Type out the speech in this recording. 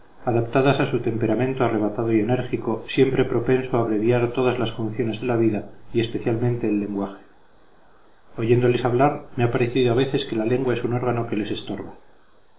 adaptadas a su temperamento arrebatado y enérgico siempre propenso a abreviar todas las funciones de la vida y especialmente el lenguaje oyéndoles hablar me ha parecido a veces que la lengua es un órgano que les estorba